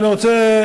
אל תגיד את זה,